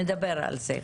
נדבר על זה.